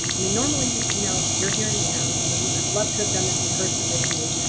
i mean normally we you know you're here in town. i would have loved to have done this in person with you,